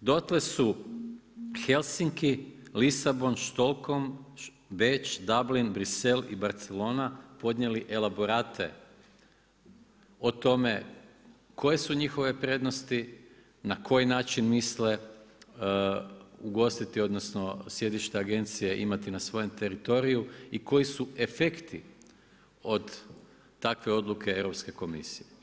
dotle su Helsinki, Lisabon, Stockholm, Beč, Dublin, Brisel i Barcelona podnijeli elaborate o tome koje su njihove prednosti, na koji način misle ugostiti odnosno sjedišta agencije imati na svojem teritoriju i koji su efekti od takve odluke Europske komisije.